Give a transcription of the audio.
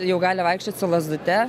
jau gali vaikščiot su lazdute